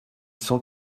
cent